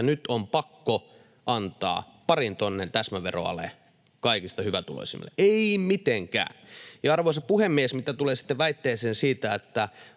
että nyt on pakko antaa parin tonnin täsmäveroale kaikista hyvätuloisimmille — ei mitenkään. Arvoisa puhemies! Mitä tulee sitten väitteeseen siitä, että